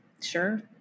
Sure